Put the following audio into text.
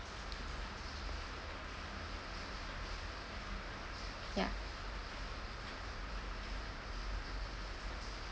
ya